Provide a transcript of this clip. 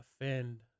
offend